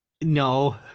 No